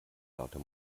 lauter